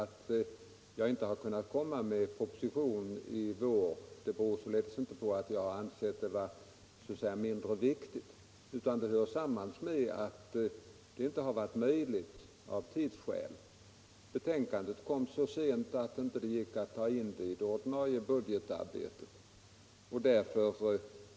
Att jag inte kunnat komma med en proposition i vår beror således inte på att jag ansett ärendet vara mindre viktigt, utan det hör samman med att det inte varit möjligt av tidsskäl. Betänkandet kom så sent att det inte gick att ta in det i det ordinarie budgetarbetet.